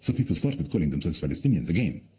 so people started calling themselves palestinians again.